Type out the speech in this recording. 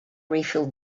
refilled